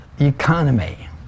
economy